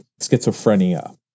schizophrenia